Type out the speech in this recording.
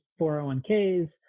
401ks